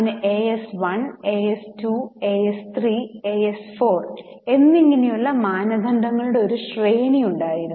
അങ്ങനെ AS1 AS2 AS3 AS4 എന്നിങ്ങനെയുള്ള മാനദണ്ഡങ്ങളുടെ ഒരു ശ്രേണി ഉണ്ടായിരുന്നു